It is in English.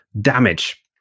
damage